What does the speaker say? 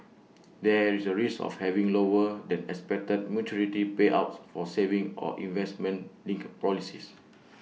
there is A risk of having lower than expected maturity payouts for savings or investment linked policies